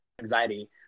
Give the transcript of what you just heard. anxiety